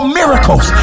miracles